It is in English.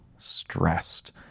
stressed